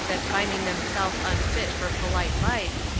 that finding themselves unfit for polite life,